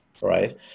right